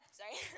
sorry—